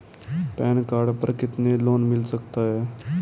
Pan card पर कितना loan मिल सकता है?